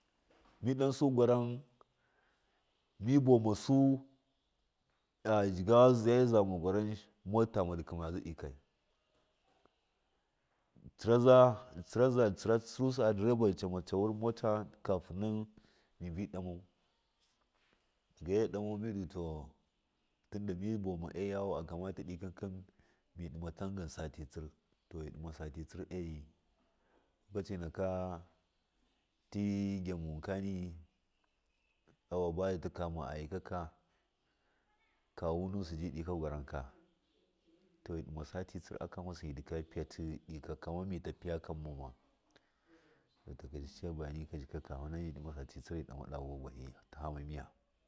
mi ɗasu gwaram mi vamasa a jigawa ya zama gwaram mota tantama ndɨ kɨmayaza ikai ndɨ tsiraza tsira ndɨ tsira susa a dirrva ndɨ ta cawur matakai ndɨ ta cawuna motar kafina mibi ɗamau da gaimiga ɗamau mida tinda ɗima tanga sati tsir to mu ɗima sati tsir ayi lokaci naka tii gamu kani yauwa ban di tikama iyakaka kawu nusv ji ika gwaran ka to mi ɗima satii tsir mi ndikaga fiyatii kaman mita figa kammau ma to ta kaice bayani kasika kafina mi ɗama vuwa miya.